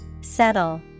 Settle